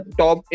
top